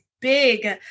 big